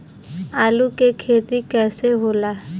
आलू के खेती कैसे होला?